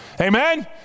Amen